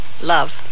Love